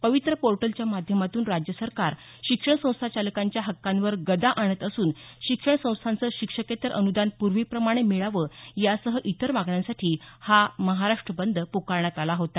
पवित्र पोर्टलच्या माध्यमातून राज्य सरकार शिक्षण संस्थाचालकांच्या हक्कांवर गदा आणत असून शिक्षण संस्थांचं शिक्षकेत्तर अनुदान पूर्वीप्रमाणे मिळावं यासह इतर मागण्यांसाठी हा महाराष्ट्र बंद प्रकारण्यात आला होता